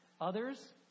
Others